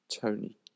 Tony